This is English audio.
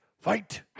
Fight